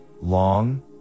long